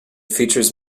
features